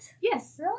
Yes